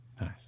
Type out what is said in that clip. nice